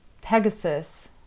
Pegasus